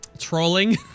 Trolling